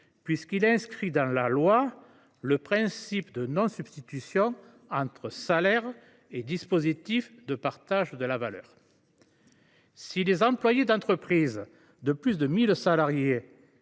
vise à inscrire dans le projet de loi le principe de non substitution entre salaire et dispositifs de partage de la valeur. Si les employés d’entreprises de plus de 1 000 salariés